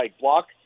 block